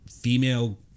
female